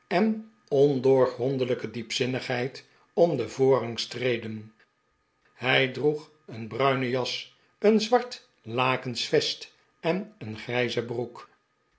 en ondoorgrondelijke diepzinnigheid om den voorrang streden hij droeg een bruine jas een zwart lakensch vest en een grijze broek